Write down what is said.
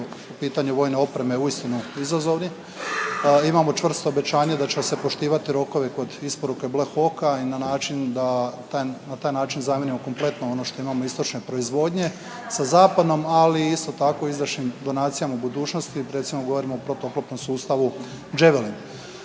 pitanju vojne opreme uistinu izazovni imamo čvrsto obećanje da će se poštivati rokovi kod isporuke Black Hawka i na način da, taj, na taj način zamijenimo kompletno ono što imamo istočne proizvodnje sa zapadnom, ali isto tako izdašnim donacijama budućnosti, recimo govorimo o protuoklopnom sustavu Javelin.